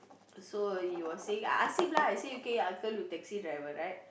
so he was saying I ask him lah he say okay uncle you taxi driver right